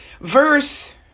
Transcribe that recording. Verse